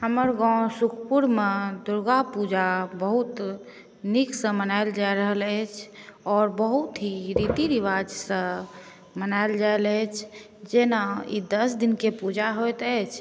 हमर गाँव सुखपुरमे दुर्गापूजा बहुत नीकसँ मनायल जाइत अछि आओर बहुत ही रीति रिवाजसँ मनायल जाइत अछि जेना ई दश दिनकेँ पूजा होइत अछि